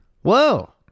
whoa